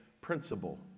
principle